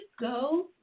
go